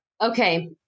Okay